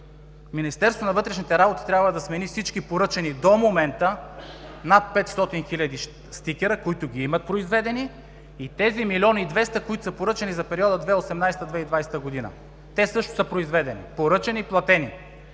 Министерството на вътрешните работи трябва да смени всички поръчани до момента над 500 хил. стикера, които ги има произведени, и тези 1 млн. 200 хил., които са поръчани за периода 2018 – 2020 г. Те също са произведени, поръчани и платени.